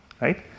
right